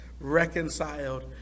reconciled